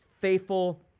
faithful